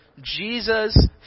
jesus